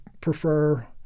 prefer